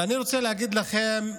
ואני רוצה להגיד לכם,